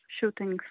shootings